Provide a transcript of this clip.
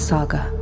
Saga